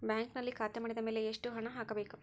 ಬ್ಯಾಂಕಿನಲ್ಲಿ ಖಾತೆ ಮಾಡಿದ ಮೇಲೆ ಎಷ್ಟು ಹಣ ಹಾಕಬೇಕು?